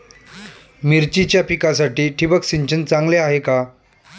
मिरचीच्या पिकासाठी ठिबक सिंचन चांगले आहे का?